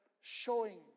showing